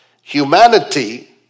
Humanity